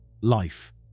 Life